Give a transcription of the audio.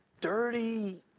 dirty